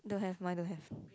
don't have mine don't have